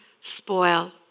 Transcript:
spoil